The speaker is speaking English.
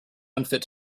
unfit